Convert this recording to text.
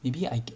maybe I